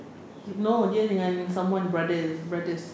no dia dengan someone brother brothers